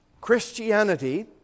Christianity